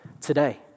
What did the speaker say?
today